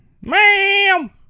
ma'am